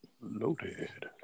Loaded